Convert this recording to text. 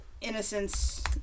innocence